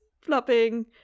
flopping